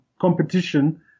competition